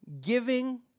giving